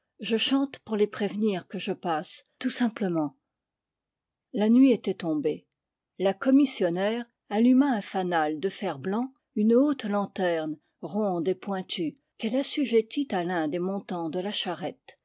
je chante pour les prévenir que je passe tout simplement la nuit était tombée la commissionnaire i alluma un fanal de fer-blanc une haute lanterne ronde et pointue qu'elle assujettit à l'un des montants de la charrette